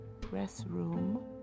restroom